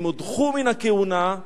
הם הודחו מן הכהונה,